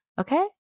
Okay